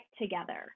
together